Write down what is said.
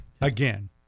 again